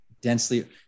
densely